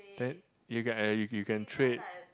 you can trade